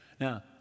Now